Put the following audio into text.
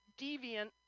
deviant